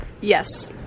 Yes